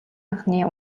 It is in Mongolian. анхны